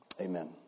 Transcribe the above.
Amen